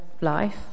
life